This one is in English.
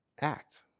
act